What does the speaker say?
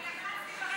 תוסיף אותי.